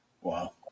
Wow